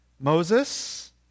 Moses